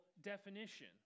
definition